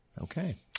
Okay